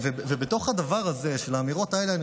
בתוך הדבר הזה של האמירות האלה אני